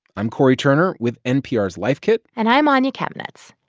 i'm cory turner with npr's life kit and i'm anya kamenetz.